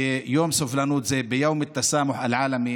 ביום סובלנות זה (אומר בערבית: ביום הסובלנות הבין-לאומי